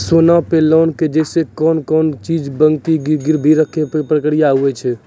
सोना पे लोन के जैसे और कौन कौन चीज बंकी या गिरवी रखे के प्रक्रिया हाव हाय?